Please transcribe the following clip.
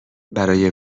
برای